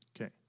Okay